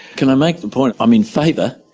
can i make the point, i'm in favour,